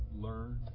learn